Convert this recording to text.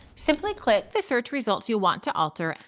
simply click the search results you want to alter,